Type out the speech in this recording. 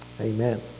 amen